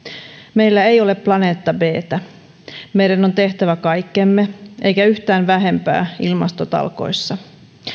meillä ei ole planeetta btä meidän on tehtävä kaikkemme eikä yhtään vähempää ilmastotalkoissa